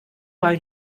mal